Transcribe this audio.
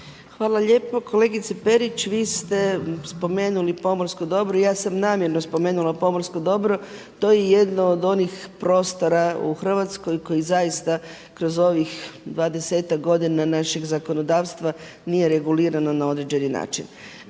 Hvala lijepo. Kolegice Perić, vi ste spomenuli pomorsko dobro i ja sam namjerno spomenula pomorsko dobro. To je jedno od onih prostora u Hrvatskoj koji zaista kroz ovih dvadesetak godina našeg zakonodavstva nije regulirano na određeni način.